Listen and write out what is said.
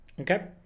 okay